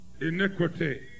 iniquity